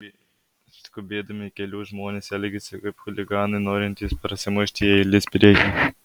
skubėdami keliu žmonės elgiasi kaip chuliganai norintys prasimušti į eilės priekį